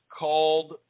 called